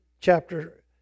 chapter